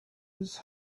his